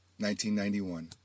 1991